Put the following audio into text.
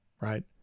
right